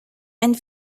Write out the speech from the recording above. and